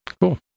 Cool